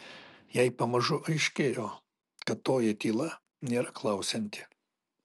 jai pamažu aiškėjo kad toji tyla nėra klausianti